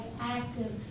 active